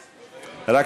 בבקשה.